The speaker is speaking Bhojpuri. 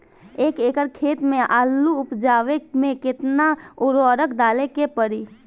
एक एकड़ खेत मे आलू उपजावे मे केतना उर्वरक डाले के पड़ी?